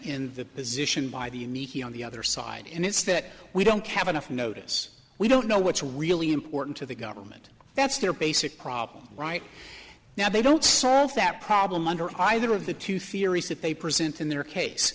in the position by the unique on the other side and it's that we don't have enough notice we don't know what's really important to the government that's their basic problem right now they don't solve that problem under either of the two theories that they present in their case